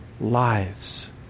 lives